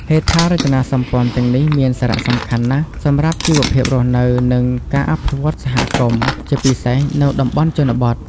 ហេដ្ឋារចនាសម្ព័ន្ធទាំងនេះមានសារៈសំខាន់ណាស់សម្រាប់ជីវភាពរស់នៅ និងការអភិវឌ្ឍសហគមន៍ ជាពិសេសនៅតំបន់ជនបទ។